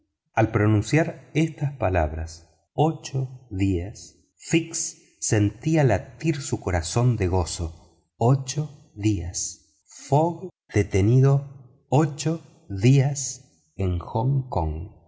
al pronunciar estas palabras ocho días fix sentía latir su corazón de gozo ocho días fogg detenido ocho días en hong kong